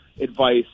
advice